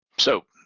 so,